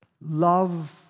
love